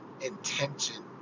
intention